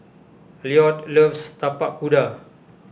Lloyd loves Tapak Kuda